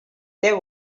that